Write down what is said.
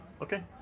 okay